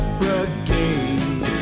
brigade